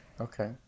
Okay